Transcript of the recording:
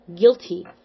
guilty